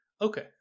Okay